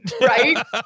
Right